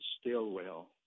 Stillwell